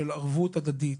של ערבות הדדית.